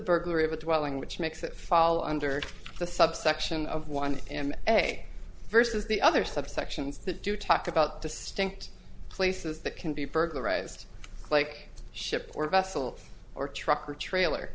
burglary of a dwelling which makes it fall under the subsection of one and a versus the other subsections that do talk about distinct places that can be burglarized like ships or vessel or truck or trailer